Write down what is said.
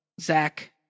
Zach